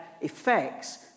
effects